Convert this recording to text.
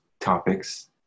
topics